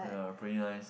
yeah pretty nice